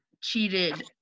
cheated